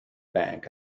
bank